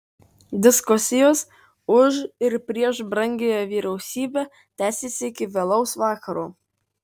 diskusijos už ir prieš brangiąją vyriausybę tęsėsi iki vėlaus vakaro